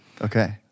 Okay